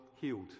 healed